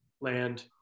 land